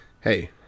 hey